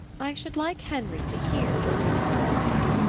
i should like henry to hear what you have told me.